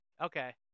okay